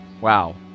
Wow